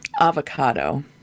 avocado